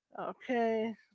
Okay